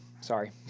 sorry